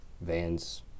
Vans